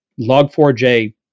Log4j